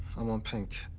i'm on pink.